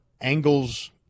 angles